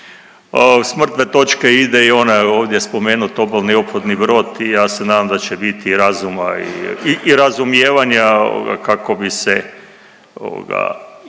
S mrtve točke ide i ona je ovdje spomenut obalni ophodni brod i ja se nadam da će biti razuma i razumijevanja kako bi se